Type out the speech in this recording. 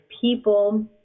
people